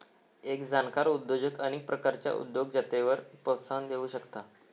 एक जाणकार उद्योजक अनेक प्रकारच्या उद्योजकतेक प्रोत्साहन देउ शकता